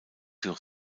sur